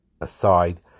aside